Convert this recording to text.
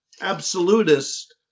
absolutist